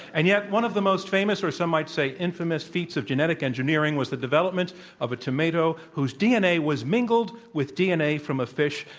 and yet, one of the most famous, or some might say, infamous feats of genetic engineering was the development of a tomato whose dna was mingled with dna from a fish,